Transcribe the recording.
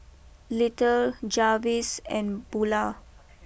little Jarvis and Bula